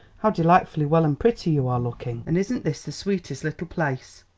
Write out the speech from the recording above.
how delightfully well and pretty you are looking, and isn't this the sweetest little place?